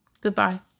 goodbye